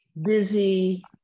busy